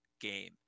game